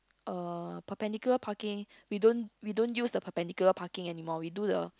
uh perpendicular parking we don't we don't use the perpendicular parking anymore we do the